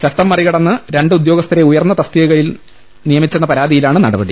ചട്ടം മറികടന്ന് രണ്ട് ഉദ്യോഗസ്ഥരെ ഉയർന്ന തസ്തികയിൽ നിയമിച്ചെന്ന പരാതിയി ലാണ് നടപടി